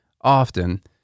often